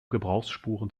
gebrauchsspuren